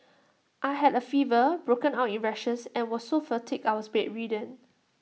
I had A fever broke out in rashes and was so fatigued I was bedridden